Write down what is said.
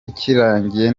kirangiye